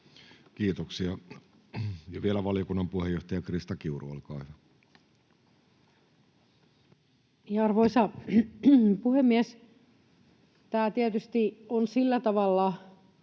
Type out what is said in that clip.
Kiitoksia. — Vielä valiokunnan puheenjohtaja Krista Kiuru, olkaa hyvä. Arvoisa puhemies! Tämä tietysti on sillä tavalla